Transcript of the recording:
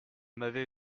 m’avait